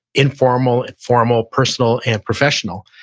informal and formal, personal and professional.